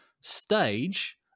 stage